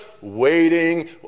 waiting